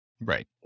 Right